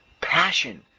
passion